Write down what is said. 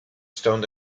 stond